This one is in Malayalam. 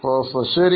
പ്രൊഫസർ ശരി